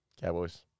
Cowboys